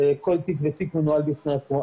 וכל תיק ותיק מנוהל בפני עצמו.